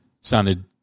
sounded